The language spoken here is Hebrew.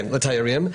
כן, לתיירים.